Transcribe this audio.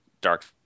dark